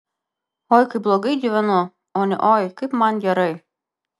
oi kaip blogai gyvenu o ne oi kaip man gerai